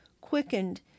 quickened